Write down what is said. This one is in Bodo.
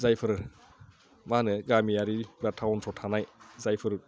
जायफोर मा होनो गामियारि बा टाउनफ्राव थानाय जायफोर